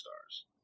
stars